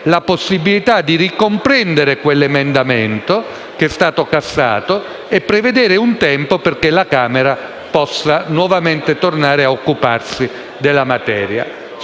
la possibilità di ricomprendere quell'emendamento, che è stato cassato, e per stabilire un tempo perché la Camera possa nuovamente tornare a occuparsi della materia.